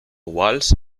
walsh